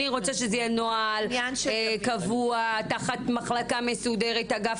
אני רוצה שזה יהיה נוהל קבוע תחת מחלקה מסודרת או אגף